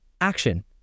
action